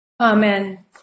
Amen